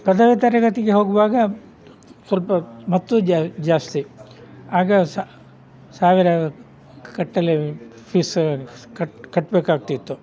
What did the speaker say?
ಪದವಿ ತರಗತಿಗೆ ಹೋಗುವಾಗ ಸ್ವಲ್ಪ ಮತ್ತೂ ಜಾಸ್ತಿ ಆಗ ಸಾವಿರ ಕಟ್ಟಲೇ ಫೀಸು ಕಟ್ಟಿ ಕಟ್ಬೇಕಾಗ್ತಿತ್ತು